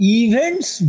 events